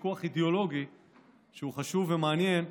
ויכוח אידיאולוגי שהוא חשוב ומעניין: